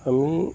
আমি